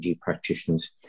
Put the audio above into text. practitioners